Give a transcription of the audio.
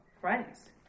friends